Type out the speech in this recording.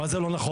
מה זה לא נכון?